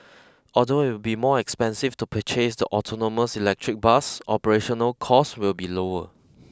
although it will be more expensive to purchase the autonomous electric bus operational cost will be lower